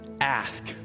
ask